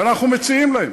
ואנחנו מציעים להם.